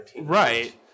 right